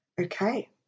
okay